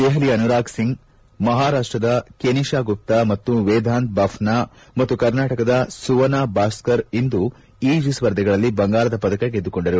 ದೆಹಲಿಯ ಅನುರಾಗ್ ಸಿಂಗ್ ಮಹಾರಾಷ್ಷದ ಕೆನಿತಾ ಗುಪ್ತಾ ಮತ್ತು ವೇದಾಂತ್ ಬಫ್ನಾ ಮತ್ತು ಕರ್ನಾಟಕದ ಸುವನಾ ಭಾಸ್ತರ್ ಇಂದು ಈಜು ಸ್ಪರ್ಧೆಗಳಲ್ಲಿ ಬಂಗಾರದ ಪದಕ ಗೆದ್ದುಕೊಂಡರು